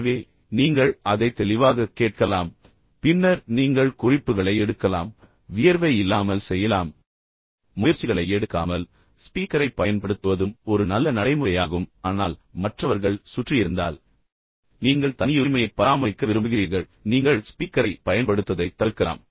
எனவே நீங்கள் அதை தெளிவாகக் கேட்கலாம் பின்னர் நீங்கள் குறிப்புகளை எடுக்கலாம் வியர்வை இல்லாமல் செய்யலாம் முயற்சிகளை எடுக்காமல் ஸ்பீக்கரை பயன்படுத்துவதும் ஒரு நல்ல நடைமுறையாகும் ஆனால் மற்றவர்கள் சுற்றி இருந்தால் பின்னர் நீங்கள் தனியுரிமையைப் பராமரிக்க விரும்புகிறீர்கள் பின்னர் நீங்கள் ஸ்பீக்கரை பயன்படுத்துவதைத் தவிர்க்கலாம்